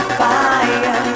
fire